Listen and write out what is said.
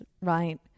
right